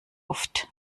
oft